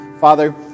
Father